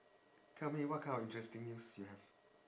tell me what kind of interesting news you have